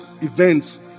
events